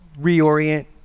reorient